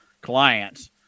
clients